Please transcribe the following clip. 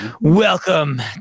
welcome